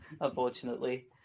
Unfortunately